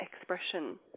expression